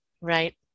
Right